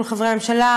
מול חברי הממשלה,